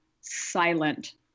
silent